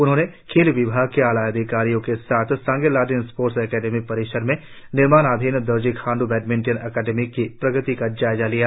उन्होंने खेल विभाग के आला अधिकारियों के साथ सांगे ल्हादेन स्पोर्ट्स अकादमी परिसर में निर्माणाधीन दोरजी खांड्र बैडमिंटन अकादमी की प्रगति का जायजा लिया